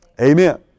Amen